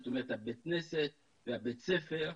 זאת אומרת בית הכנסת ובית הספר.